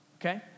Okay